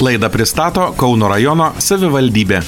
laidą pristato kauno rajono savivaldybė